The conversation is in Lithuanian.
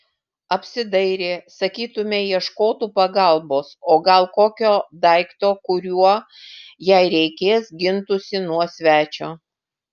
apsidairė sakytumei ieškotų pagalbos o gal kokio daikto kuriuo jei reikės gintųsi nuo svečio